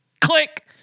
click